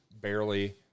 barely